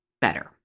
better